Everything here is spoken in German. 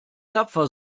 tapfer